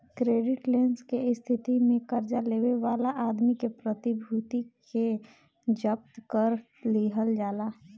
credit less के स्थिति में कर्जा लेवे वाला आदमी के प्रतिभूति के जब्त कर लिहल जाला